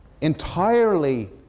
entirely